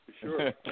sure